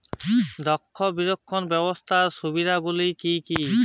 দক্ষ বিপণন ব্যবস্থার সুবিধাগুলি কি কি?